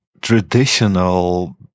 traditional